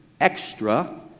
extra